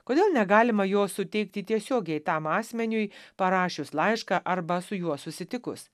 kodėl negalima jo suteikti tiesiogiai tam asmeniui parašius laišką arba su juo susitikus